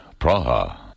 Praha